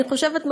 אני חושבת,